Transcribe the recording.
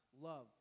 love